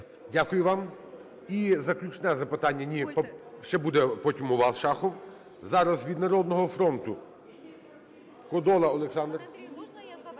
Дякую вам. І заключне запитання. Ні, ще буде потім у вас, Шахов. Зараз від "Народного фронту"